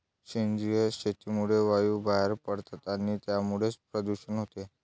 सेंद्रिय शेतीमुळे वायू बाहेर पडतात आणि त्यामुळेच प्रदूषण होते